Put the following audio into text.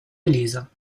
elisa